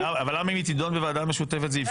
אבל למה אם היא תידון בוועדה משותפת זה יפגע?